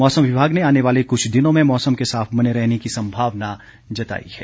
मौसम विभाग ने आने वाले कुछ दिनों में मौसम के साफ बने रहने की संभावना जताई है